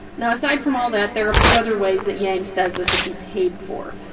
now, aside from all that, there are a few other ways that yang says this would be paid for,